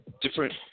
different